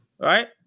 right